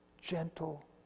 gentle